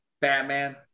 batman